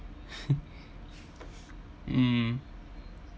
mm